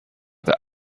the